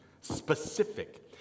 specific